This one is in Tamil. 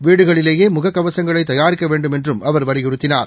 வீடுகளிலேயே முக கவகஙகளை தயாரிக்க வேண்டுமென்றும் அவர் வலியுறுத்தினார்